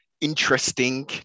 interesting